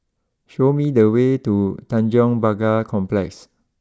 show me the way to Tanjong Pagar Complex